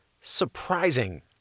surprising